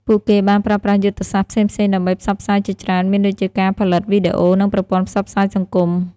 ពួកគេបានប្រើប្រាស់យុទ្ធសាស្ត្រផ្សេងៗដើម្បីផ្សព្វផ្សាយជាច្រើនមានដូចជាការផលិតវីដេអូ និងប្រព័ន្ធផ្សព្វផ្សាយសង្គម។